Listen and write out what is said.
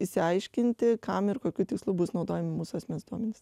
išsiaiškinti kam ir kokiu tikslu bus naudojami mūsų asmens duomenys